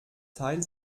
teil